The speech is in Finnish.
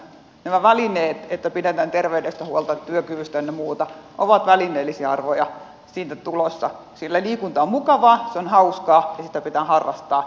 nämä välineet että pidetään terveydestä työkyvystä huolta ynnä muuta ovat välineellisiä arvoja siinä mukana sillä liikunta on mukavaa se on hauskaa ja sitä pitää harrastaa ihan sinä itsenään myöskin